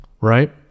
right